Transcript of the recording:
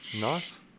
Nice